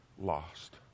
lost